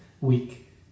week